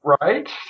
right